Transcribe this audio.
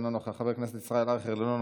אינו נוכח,